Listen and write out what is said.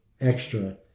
extra